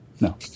No